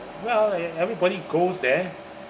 well e~ everybody goes there